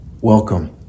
Welcome